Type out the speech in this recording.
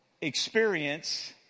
experience